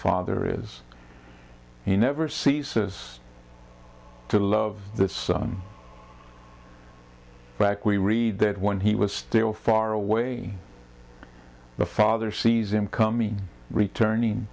father is he never ceases to love the son back we read that when he was still far away the father sees him coming returning